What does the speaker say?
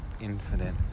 infinite